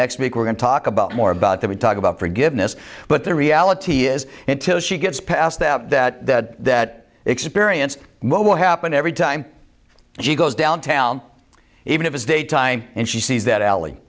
next week we're going to talk about more about that we talk about forgiveness but the reality is until she gets past out that experience what will happen every time she goes downtown even if it's daytime and she sees that alley